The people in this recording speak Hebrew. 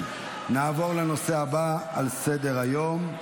נעבור לנושא הבא על סדר-היום,